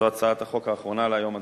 זו הצעת החוק האחרונה להיום,